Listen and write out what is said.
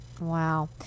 Wow